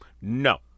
No